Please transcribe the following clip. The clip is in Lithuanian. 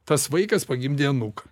tas vaikas pagimdė anūką